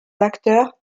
acteurs